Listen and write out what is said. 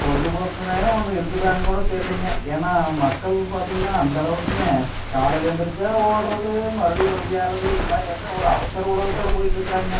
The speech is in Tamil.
பொழுதுபோக்குன்னே ஒன்று இருக்குதுதான் கூட தெரிலிங்க ஏன்னால் மக்கள் பார்த்திங்கனா அந்தளவுக்குங்க காலையில் எழுந்திரிச்சா ஓடுறது மறுபடியும் ஒடியார்ரது இது மாதிரி வந்து ஒரு அவசர உலகத்தில் போயிட்ருக்குறாங்க